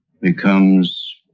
becomes